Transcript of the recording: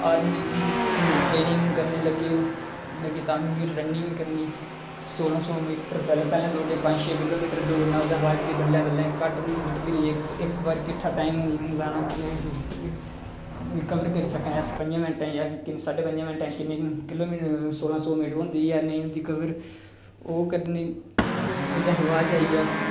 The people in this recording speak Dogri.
आर्मी बिच बी ट्रेनिंग करन लगे तां बी फिर रन्निंग करनी सोलां सौ मीटर पैहलें दौड़दे पंज छे किलोमिटर दौड़ना ओह्दे बाद बल्लें बल्लें घट्ट प्हिरी इक बारी किट्ठा टाइम लाना किने कबर करी सका अस पंजे मिन्टे च जां साड़े पंजे मिन्टे च किने किलोमिटर शोला सो किलोमिटर होंदी ऐ जां नेई होंदी ओह् करनी ओह्दे शा बाद आई गया